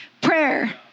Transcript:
prayer